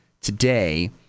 today